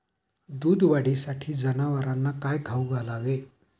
दूध वाढीसाठी जनावरांना काय खाऊ घालावे?